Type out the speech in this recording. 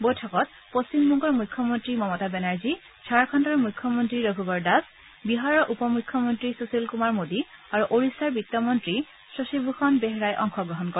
বৈঠকত পশ্চিমবংগৰ মুখ্যমন্ত্ৰী মমতা বেনাৰ্জী ঝাড়খণ্ডৰ মুখ্যমন্তী ৰঘুবৰ দাস বিহাৰৰ উপ মুখ্যমন্তী সুশীল কুমাৰ মোডী আৰু ওড়িশ্যাৰ বিত্তমন্ত্ৰী শশীভূষণ বেহৰাই অংশগ্ৰহণ কৰে